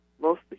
mostly